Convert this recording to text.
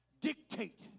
dictate